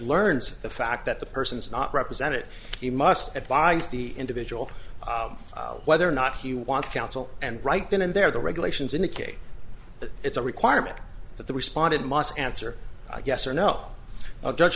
learns the fact that the person is not represented he must advise the individual whether or not he wants counsel and right then and there the regulations indicate that it's a requirement that they responded must answer yes or no judge